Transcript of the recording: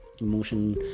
emotion